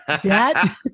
Dad